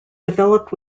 developed